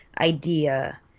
Idea